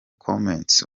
comments